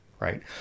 right